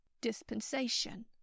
dispensation